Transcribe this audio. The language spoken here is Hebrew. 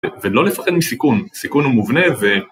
ולא לפחד עם סיכון, סיכון הוא מובנה ו...